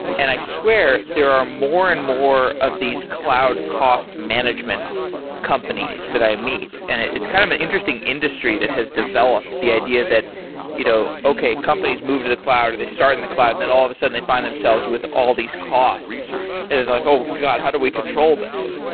and i swear, there are more and more of these cloud cost management companies that i meet and it's kind of an interesting industry that has developed the idea that you know okay, companies move to the cloud, or they start in the cloud, then all of a sudden they find themselves with all these costs and they're like, oh, god. how do we control this?